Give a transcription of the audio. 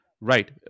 Right